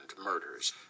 Murders